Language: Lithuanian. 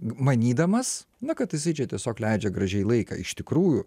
manydamas na kad jisai čia tiesiog leidžia gražiai laiką iš tikrųjų